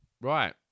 Right